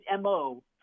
mo